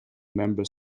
member